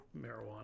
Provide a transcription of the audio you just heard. marijuana